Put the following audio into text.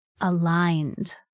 aligned